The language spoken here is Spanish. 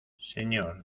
señor